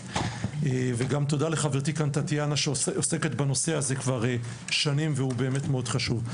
גם תודה לחברתי טטיאנה שעוסקת בנושא הזה שנים והוא מאוד חשוב.